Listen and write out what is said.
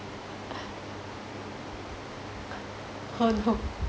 oh no